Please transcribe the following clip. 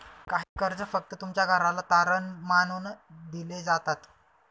काही कर्ज फक्त तुमच्या घराला तारण मानून दिले जातात